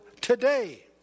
today